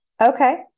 Okay